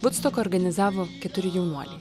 vudstoką organizavo keturi jaunuoliai